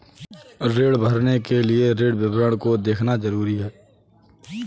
ऋण भरने के लिए ऋण विवरण को देखना ज़रूरी है